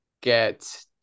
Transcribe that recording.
get